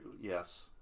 Yes